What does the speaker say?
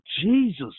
Jesus